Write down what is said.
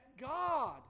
God